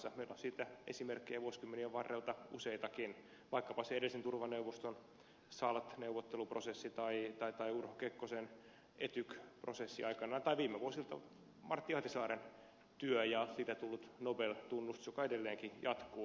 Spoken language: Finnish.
meillä on siitä esimerkkejä vuosikymmenien varrelta useitakin vaikkapa se edellisen turvaneuvoston salt neuvotteluprosessi tai urho kekkosen etyk prosessi aikanaan tai viime vuosilta martti ahtisaaren työ ja siitä tullut nobel tunnustus joka edelleenkin jatkuu